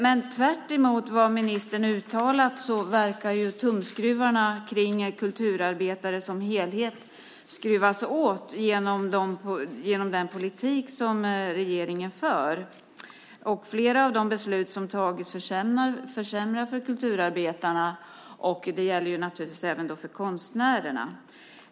Men tvärtemot vad ministern uttalat så verkar ju tumskruvarna för kulturarbetare som grupp skruvas åt genom den politik som regeringen för. Flera av de beslut som tagits försämrar för kulturarbetarna, och det gäller naturligtvis även för konstnärerna.